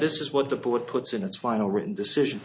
this is what the board puts in its final written decision